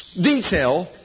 detail